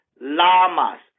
lamas